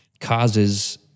causes